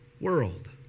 world